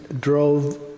drove